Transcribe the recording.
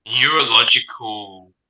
neurological